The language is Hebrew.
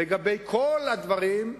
לגבי כל הדברים,